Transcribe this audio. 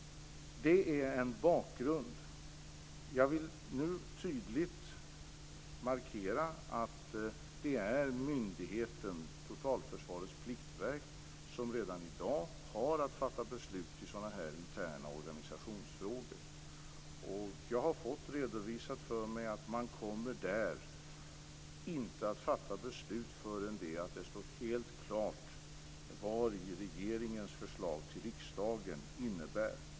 Det är en bakgrund. Jag vill nu tydligt markera att det är myndigheten Totalförsvarets pliktverk som redan i dag har att fatta beslut i sådana här interna organisationsfrågor. Jag har fått redovisat för mig att man där inte kommer att fatta beslut förrän det står helt klart vad regeringens förslag till riksdagen innebär.